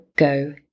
go